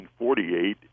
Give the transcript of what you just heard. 1948